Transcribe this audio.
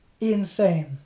insane